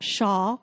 Shaw